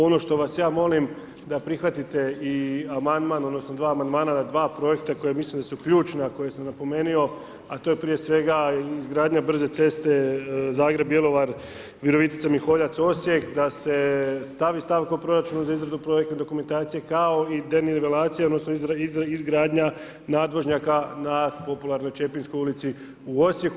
Ono što vas ja molim da prihvatite i amandman odnosno dva amandmana na dva projekta koja mislim da su ključna koja sam napomenio, a to je prije svega izgradnja brze ceste Zagreb, Bjelovar, Virovitica, Miholjac, Osijek da se stavi stavka u proračun za izradu projektne dokumentacije, kao i denivelacija odnosno izgradnja nadvožnjaka na popularnoj Čepinskoj ulici u Osijeku.